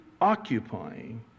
occupying